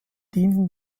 dienten